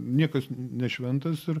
niekas nešventas ir